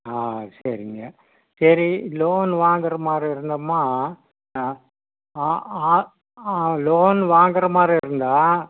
ஆ சரிங்க சரி லோன் வாங்கிற மாதிரி இருந்தாம்மா ஆ ஆ ஆ லோனு வாங்கிற மாதிரி இருந்தால்